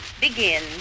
Begin